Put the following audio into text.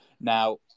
Now